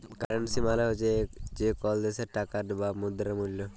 currency মালে হছে যে কল দ্যাশের টাকার বা মুদ্রার মূল্য